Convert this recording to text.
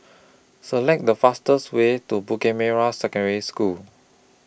Select The fastest Way to Bukit Merah Secondary School